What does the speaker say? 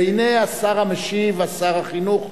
והנה השר המשיב, שר החינוך,